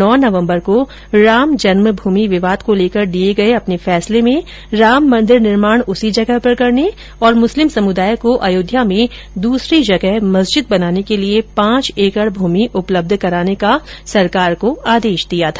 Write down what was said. नौ नवबंर को राम जन्म भूमि विवाद को लेकर दिये गये अपने फैसले में राम मंदिर निर्माण उसी जगह पर करने और मुस्लिम समुदाय को अयोध्या में दूसरी जगह मस्जिद बनाने के लिए पांच एकड़ भूमि उपलब्ध कराने का सरकार को आदेश दिया था